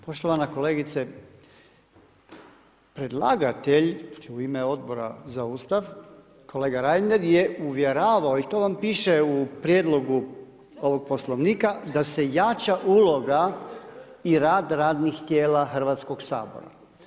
Poštovana kolegice, predlagatelj u ime Odbora za Ustav kolega Reiner je uvjeravao i to vam piše u Prijedlogu ovoga Poslovnika da se jača uloga i rad radnih tijela Hrvatskoga sabora.